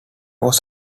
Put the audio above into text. was